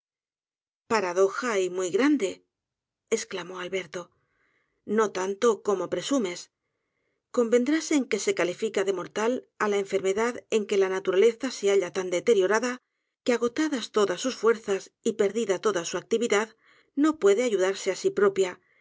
paradoja y muy grande esclamó alberto no tanto como presumes convendrás en que se califica de mortal á la enfermedad en que la naturaleza se halla tan deteriorada que agotadas todas sus fuerzas y perdida toda su actividad no puede ayudarse á si propia